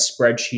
spreadsheet